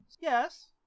Yes